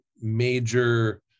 major